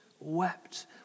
wept